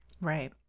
Right